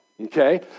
Okay